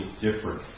different